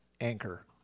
anchor